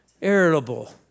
irritable